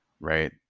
right